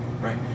right